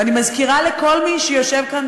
ואני מזכירה לכל מי שיושב כאן,